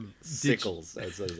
sickles